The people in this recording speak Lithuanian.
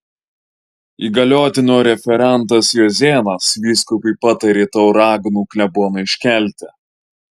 įgaliotinio referentas juozėnas vyskupui patarė tauragnų kleboną iškelti